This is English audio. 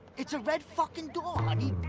it's a red fuckin' door. i mean